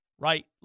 Right